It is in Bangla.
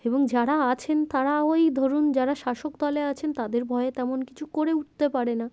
এবং যারা আছেন তারা ওই ধরুন যারা শাসক দলে আছেন তাদের ভয়ে তেমন কিছু করে উঠতে পারে না